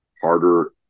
harder